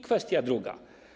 Kwestia druga.